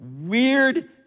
weird